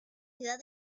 ciudad